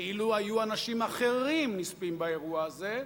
שאילו היו אנשים אחרים נספים באירוע הזה,